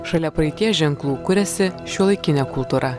šalia praeities ženklų kuriasi šiuolaikinė kultūra